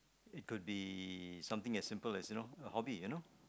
it could be something as simple as you know a hobby